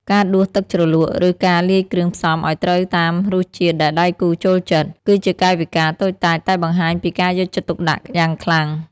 ការដួសទឹកជ្រលក់ ឬការលាយគ្រឿងផ្សំឱ្យត្រូវតាមរសជាតិដែលដៃគូចូលចិត្ត គឺជាកាយវិការតូចតាចតែបង្ហាញពីការយកចិត្តទុកដាក់យ៉ាងខ្លាំង។